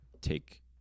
take